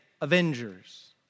avengers